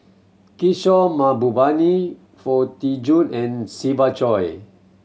Kishore Mahbubani Foo Tee Jun and Siva Choy